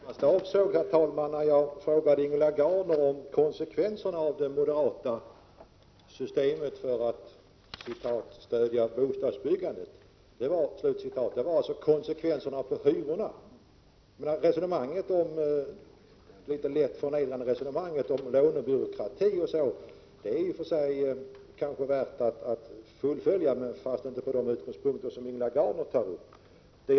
Herr talman! Det jag närmast avsåg när jag frågade Ingela Gardner om konsekvenserna av det moderata systemet för att ”stödja bostadsbyggandet” var alltså konsekvenserna för hyrorna. Det litet lätt förnedrande resonemanget om lånebyråkrati är i och för sig värt att fullfölja, men inte från de utgångspunkter som Ingela Gardner tar upp.